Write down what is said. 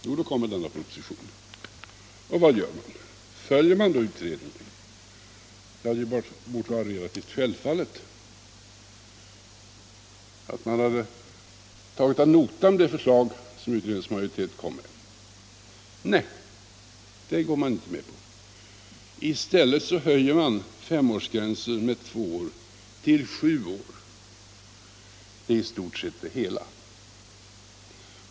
Jo, det kommer en proposition. Vad gör regeringen? Följer den utredningen? Regeringen borde självfallet ha tagit ad notam det förslag som utredningsmajoriteten har samlat. Nej, det går regeringen inte med på. I stället höjs femårsgränsen med två år till sju år. Det är i stort sett det hela.